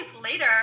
later